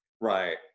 Right